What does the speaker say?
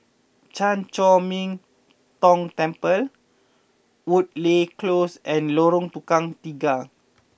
Chan Chor Min Tong Temple Woodleigh Close and Lorong Tukang Tiga